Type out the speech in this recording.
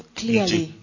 clearly